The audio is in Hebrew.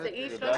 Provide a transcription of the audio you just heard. קטן